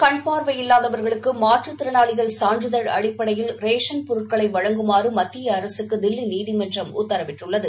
கண் பார்வையில்லாதவர்களுக்குமாற்றுத் திறனாளிகள் சான்றிதழ் அடிப்படையில் ரேஷன் பொருட்களைவழங்குமாறுமத்தியஅரசுக்குதில்லிநீதிமன்றம் உத்தரவிட்டுள்ளது